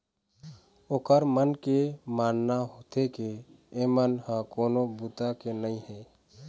ओखर मन के मानना होथे के एमन ह कोनो बूता के नइ हे